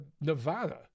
Nevada